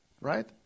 right